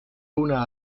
una